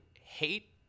hate